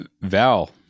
Val